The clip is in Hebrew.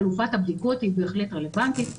חלופת הבדיקות היא בהחלט רלוונטית.